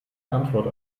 antwort